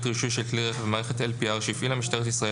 רישוי של כלי רכב (מערכת LPR) שהפעילה משטרת ישראל